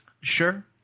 Sure